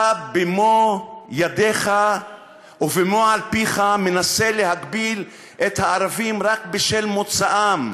אתה במו-ידיך ובמועל פיך מנסה להגביל את הערבים רק בשל מוצאם.